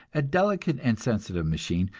a delicate and sensitive machine,